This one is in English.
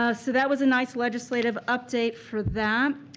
ah so that was a nice legislative update for that.